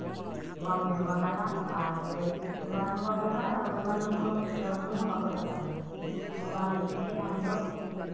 ᱵᱟᱢ ᱵᱮᱵᱚᱦᱟᱨᱟ ᱟᱨ ᱵᱮᱵᱚᱦᱟᱨ ᱦᱚᱸ ᱵᱟᱢ ᱵᱮᱵᱚᱦᱟᱨᱟ ᱟᱨ ᱚᱸᱰᱮᱢᱟ ᱱᱟᱹᱣᱠᱟᱹ ᱞᱟᱹᱣᱠᱟ ᱦᱚᱸ ᱵᱟᱠᱚ ᱪᱟᱞᱟᱣᱟ ᱟᱫᱚ ᱚᱱᱟ ᱞᱟᱹᱜᱤᱫᱛᱮ ᱟᱢ ᱫᱚ